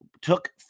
took